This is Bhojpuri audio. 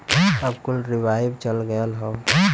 अब कुल रीवाइव चल गयल हौ